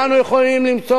מאוד פופולריות.